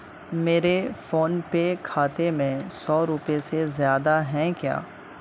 میرے فون پے کھاتے میں سو روپئے سے زیادہ ہیں کیا